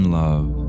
love